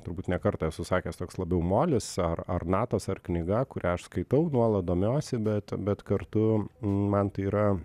turbūt ne kartą esu sakęs toks labiau molis ar ar natos ar knyga kurią aš skaitau nuolat domiuosi bet bet kartu man tai yra